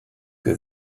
que